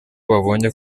babonye